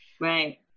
right